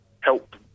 help